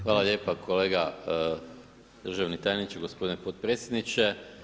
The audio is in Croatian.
Hvala lijepa kolega državni tajniče, gospodine potpredsjedniče.